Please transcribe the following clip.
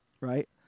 right